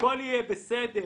הכול יהיה בסדר,